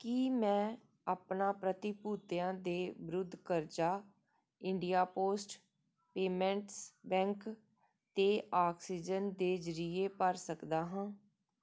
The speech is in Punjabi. ਕੀ ਮੈਂ ਆਪਣਾ ਪ੍ਰਤੀਭੂਤੀਆਂ ਦੇ ਵਿਰੁੱਧ ਕਰਜ਼ਾ ਇੰਡੀਆ ਪੋਸਟ ਪੇਮੈਂਟਸ ਬੈਂਕ ਅਤੇ ਆਕਸੀਜਨ ਦੇ ਜ਼ਰੀਏ ਭਰ ਸਕਦਾ ਹਾਂ